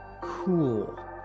cool